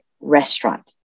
restaurant